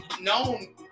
known